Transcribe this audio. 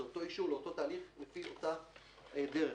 זה אותו אישור לאותו תהליך לפי אותה דרך.